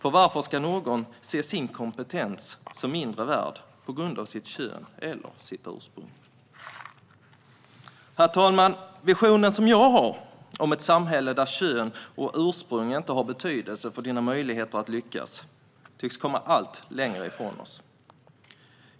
Varför ska någon se sin kompetens som mindre värd på grund av sitt kön eller sitt ursprung? Herr talman! Den vision som jag har om ett samhälle där kön och ursprung inte har betydelse för en människas möjligheter att lyckas tycks komma allt längre från oss.